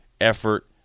effort